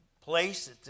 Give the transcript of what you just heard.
place